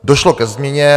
Došlo ke změně.